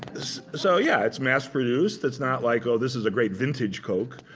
so yeah, it's mass produced. it's not like, oh, this is a great vintage coke.